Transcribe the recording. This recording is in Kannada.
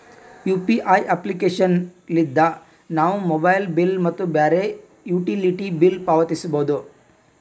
ಯು.ಪಿ.ಐ ಅಪ್ಲಿಕೇಶನ್ ಲಿದ್ದ ನಾವು ಮೊಬೈಲ್ ಬಿಲ್ ಮತ್ತು ಬ್ಯಾರೆ ಯುಟಿಲಿಟಿ ಬಿಲ್ ಪಾವತಿಸಬೋದು